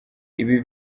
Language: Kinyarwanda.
ibi